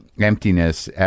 Emptiness